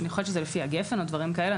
יכול להיות שזה לפי הגפ"ן או דברים כאלה,